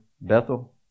Bethel